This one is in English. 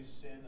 sin